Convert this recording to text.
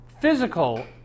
physical